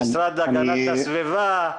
במשרד להגנת הסביבה,